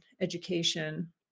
education